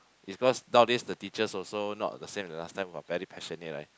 because nowadays the teachers also not the same like last time !wah! very passionate right